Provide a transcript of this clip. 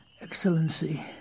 Excellency